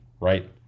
Right